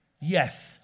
Yes